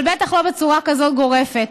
אבל בטח לא בצורה כזאת גורפת.